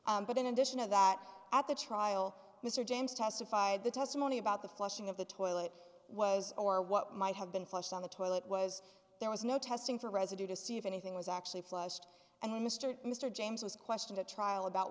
but in addition to that at the trial mr james testified the testimony about the flushing of the toilet was or what might have been flushed down the toilet was there was no testing for residue to see if anything was actually flushed and mr mr james was questioned at trial about